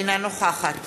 אינה נוכחת